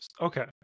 Okay